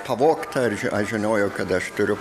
pavogta ar aš žinojau kad aš turiu